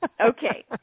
Okay